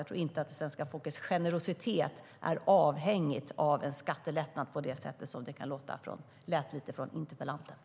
Jag tror inte det svenska folkets generositet är avhängigt av en skattelättnad på det sätt som det lät lite från interpellanten.